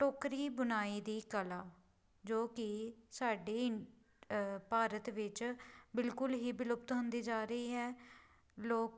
ਟੋਕਰੀ ਬੁਣਾਈ ਦੀ ਕਲਾ ਜੋ ਕਿ ਸਾਡੀ ਭਾਰਤ ਵਿੱਚ ਬਿਲਕੁਲ ਹੀ ਵਿਲੁਪਤ ਹੁੰਦੀ ਜਾ ਰਹੀ ਹੈ ਲੋਕ